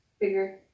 bigger